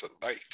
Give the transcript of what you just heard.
tonight